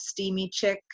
SteamyChick